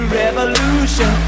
revolution